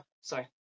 Sorry